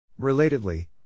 Relatedly